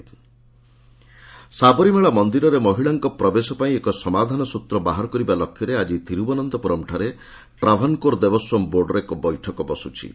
ସାବରୀମାଲା ସାବରୀମାଳା ମନ୍ଦିରରେ ମହିଳାଙ୍କ ପ୍ରବେଶ ପାଇଁ ଏକ ସମାଧାନ ସୂତ୍ର ବାହାର କରିବା ଲକ୍ଷ୍ୟରେ ଆଜି ଥିରୁବନନ୍ତପୁରମ୍ଠାରେ ଟ୍ରାଭାନ୍କୋର ଦେବସ୍ୱାମ ବୋର୍ଡର ଏକ ବୈଠକ ବସ୍କଚ୍ଚି